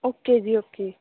okay ਜੀ okay